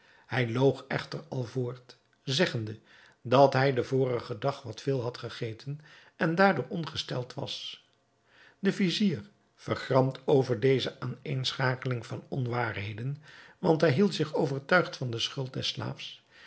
hij loog echter al voort zeggende dat hij den vorigen dag wat veel had gegeten en daardoor ongesteld was de vizier vergramd over deze aaneenschakeling van onwaarheden want hij hield zich overtuigd van de schuld des